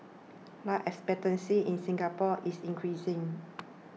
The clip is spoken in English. life expectancy in Singapore is increasing